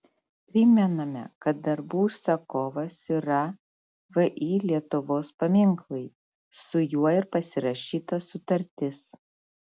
primename kad darbų užsakovas yra vį lietuvos paminklai su juo ir pasirašyta sutartis